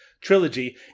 trilogy